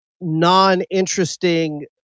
non-interesting